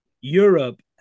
Europe